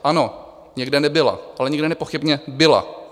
Ano, někde nebyla, ale někde nepochybně byla.